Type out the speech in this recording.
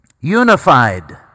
unified